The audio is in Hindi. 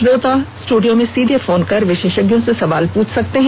श्रोता स्टूडियो में सीधे फोन कर विशेषज्ञों से सवाल पूछ सकते हैं